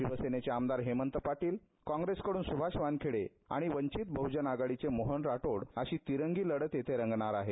शिवसेनेचे आमदार हेमंत पाटील काँग्रेसकड्रन स्रभाष वानखेडे आणि वंचित बहजन आघाडीचे मोहन राठोड अशी तिरंगी लढत येथे रंगणार आहे